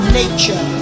nature